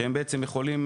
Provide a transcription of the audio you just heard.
שהם בעצם יכולים